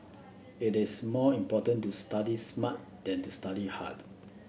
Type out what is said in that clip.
it is more important to study smart than to study hard